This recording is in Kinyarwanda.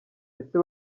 ese